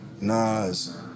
Nas